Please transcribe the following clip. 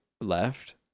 left